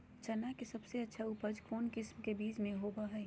चना के सबसे अच्छा उपज कौन किस्म के बीच में होबो हय?